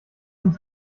uns